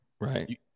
right